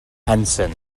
hanson